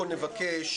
בואי נבקש